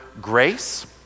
grace